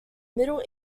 middle